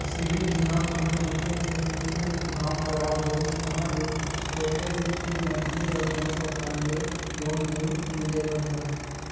CIBIL जिहाँ कोनो मनखे के एक घांव खराब होइस ताहले होथे ये के मनखे ल कोनो परकार ले लोन नइ मिले बर धरय